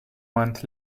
month